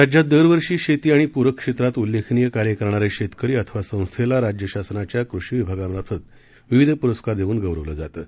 राज्यात दरवर्षी शेती आणि पुरक क्षेत्रात उल्लेखनीय कार्य करणारे शेतकरी अथवा संस्थेला राज्य शासनाच्या कृषी विभागामार्फत विविध पुरस्कार देऊन गौरवण्यात येतं